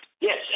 Yes